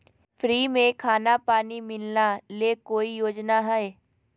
Free में खाना पानी मिलना ले कोइ योजना हय?